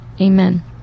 Amen